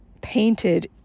painted